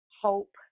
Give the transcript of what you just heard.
hope